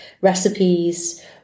recipes